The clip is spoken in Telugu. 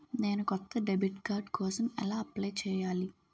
నేను కొత్త డెబిట్ కార్డ్ కోసం ఎలా అప్లయ్ చేయాలి?